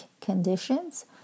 conditions